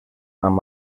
amb